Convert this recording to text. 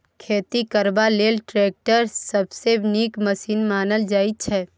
खेती करबा लेल टैक्टर सबसँ नीक मशीन मानल जाइ छै